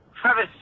Travis